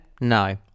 No